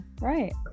right